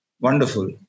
Wonderful